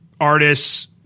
artists